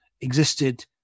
existed